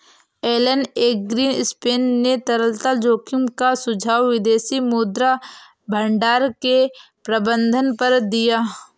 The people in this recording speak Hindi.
एलन ग्रीनस्पैन ने तरलता जोखिम का सुझाव विदेशी मुद्रा भंडार के प्रबंधन पर दिया